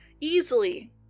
easily